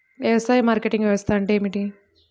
వ్యవసాయ మార్కెటింగ్ వ్యవస్థ అంటే ఏమిటి?